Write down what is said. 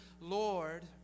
Lord